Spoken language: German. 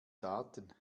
daten